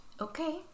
Okay